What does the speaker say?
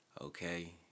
Okay